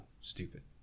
stupid